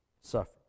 suffer